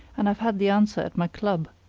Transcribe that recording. and i've had the answer at my club.